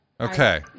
okay